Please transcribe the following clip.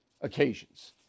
occasions